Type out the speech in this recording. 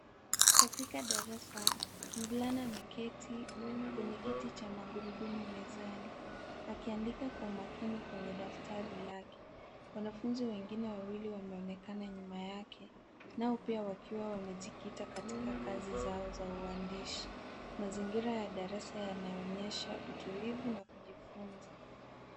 Katika darasa mvulana ameketi kwenye kiti cha magurudumu mezani akiandika kwa makini kwenywe daftari lake. Wanafunzi wengine wawili wameonekana nyuma yake nao pia wakiwawamejikita katika kazi zao za uandishi. Mazingira ya darasa yanaonyesha utulivu na kujifunza.